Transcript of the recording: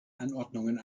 anordnungen